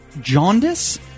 jaundice